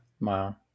Wow